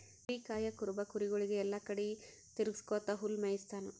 ಕುರಿ ಕಾಯಾ ಕುರುಬ ಕುರಿಗೊಳಿಗ್ ಎಲ್ಲಾ ಕಡಿ ತಿರಗ್ಸ್ಕೊತ್ ಹುಲ್ಲ್ ಮೇಯಿಸ್ತಾನ್